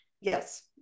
Yes